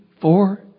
four